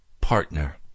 partner